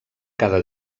cada